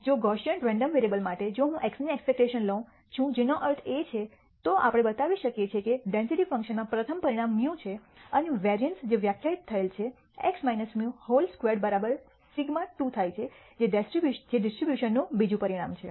હવે જો Gaussian random variable માટે જો હું x ની એક્સપેક્ટશન લઉં છું જેનો અર્થ છે તો આપણે બતાવી શકીએ છીએ કે ડેન્સિટી ફંકશનમાં પ્રથમ પરિમાણ μ છે અને વેરીઅન્સ જે વ્યાખ્યાયિત થયેલ છે x μ હોલ સ્ક્વેર્ડ σ2 થાય છે જે ડિસ્ટ્રીબ્યુશન નું બીજું પરિમાણ છે